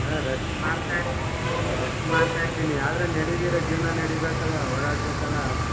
ಹಾಂ ರೆಸ್ಟ್ ಮಾಡ್ತಾಯಿದೀನಿ ರೆಸ್ಟ್ ಮಾಡ್ತಾಯಿದ್ದೀನಿ ಆದರೆ ನಡಿದಿದ್ರೆ ಜೀವನ ನಡೀಬೇಕಲ್ಲ ಓಡಾಡಬೇಕಲ್ಲ